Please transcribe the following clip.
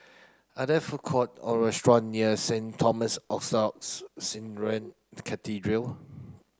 are there food court or restaurant near Saint Thomas Orthodox Syrian Cathedral